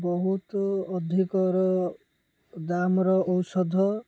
ବହୁତ ଅଧିକର ଦାମ୍ର ଔଷଧ